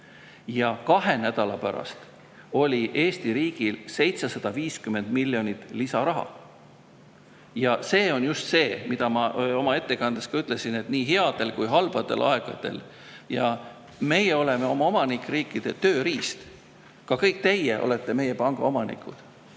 ja kahe nädala pärast oli Eesti riigil 750 miljonit lisaraha. See on just see, mida ma oma ettekandes ka ütlesin, et nii headel kui ka halbadel aegadel. Meie oleme oma omanikriikide tööriist. Ka kõik teie olete meie panga omanikud.